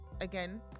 again